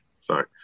Sorry